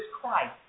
Christ